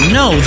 no